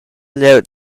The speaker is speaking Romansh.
glieud